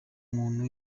muntu